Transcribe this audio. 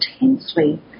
intensely